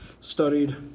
studied